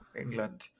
England